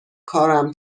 کارم